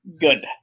good